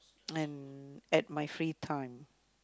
and at my free time